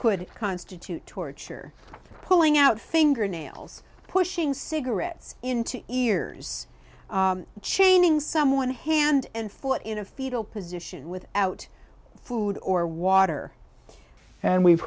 could constitute torture pulling out fingernails pushing cigarette into ears chaining someone hand and foot in a fetal position without food or water and we've